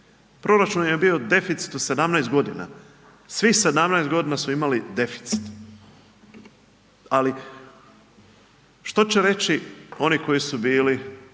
konstantno deficitu 17 godina. Svih 17 godina su imali deficit. Ali što će reći oni koji su bili